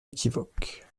équivoques